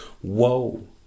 Whoa